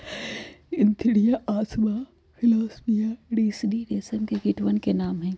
Antheraea assama Philosamia ricini रेशम के कीटवन के नाम हई